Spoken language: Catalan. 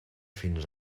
fins